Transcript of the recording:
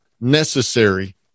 necessary